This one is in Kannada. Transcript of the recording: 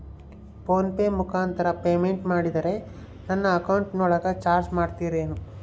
ಫೋನ್ ಪೆ ಮುಖಾಂತರ ಪೇಮೆಂಟ್ ಮಾಡಿದರೆ ನನ್ನ ಅಕೌಂಟಿನೊಳಗ ಚಾರ್ಜ್ ಮಾಡ್ತಿರೇನು?